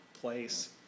place